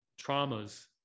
traumas